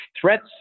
threats